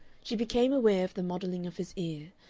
she became aware of the modelling of his ear,